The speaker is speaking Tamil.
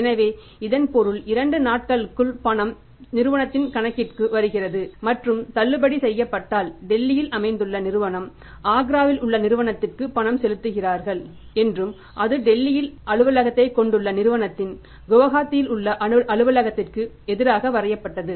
எனவே இதன் பொருள் 2 நாட்களுக்குள் பணம் நிறுவனத்தின் கணக்கிற்கும் வருகிறது மற்றும் தள்ளுபடி செய்யப்பட்டால் டெல்லியில் அமைந்துள்ள நிறுவனம் ஆக்ராவில் உள்ள நிறுவனத்திற்கு பணம் செலுத்துகிறார்கள் என்றும் அது டெல்லியில் அலுவலகத்தை கொண்டுள்ள நிறுவனத்தின் குவஹாத்தியில் உள்ள அலுவலகத்திற்கு எதிராக வரையப்பட்டது